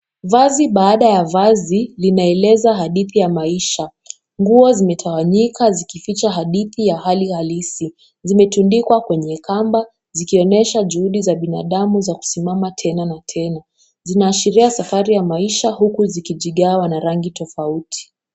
Vazi baada ya vazi linaeleza hadithi ya maisha, nguo zimetawanyika zikificha hadithi ya hali halisi, zimetundikwa kwenye kamba zikionyesha juhudi za binadamu za kusimama tena na tena, zinaashiria safari ya maisha huku zikijigawa na rangi tofauti .